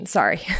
Sorry